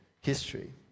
history